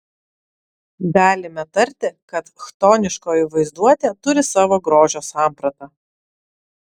galime tarti kad chtoniškoji vaizduotė turi savo grožio sampratą